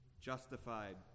justified